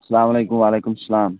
اَلسلام علیکُم وعلیکُم السلام